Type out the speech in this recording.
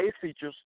features